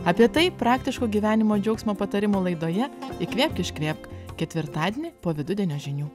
apie tai praktiško gyvenimo džiaugsmo patarimų laidoje įkvėpk iškvėpk ketvirtadienį po vidudienio žinių